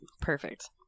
Perfect